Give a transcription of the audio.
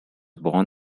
born